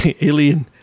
alien